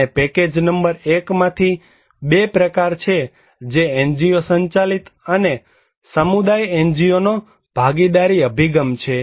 અને package number 1 માંથી બે પ્રકાર છે જે NGO સંચાલિત અને સમુદાય NGO નો ભાગીદારી અભિગમ છે